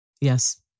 Yes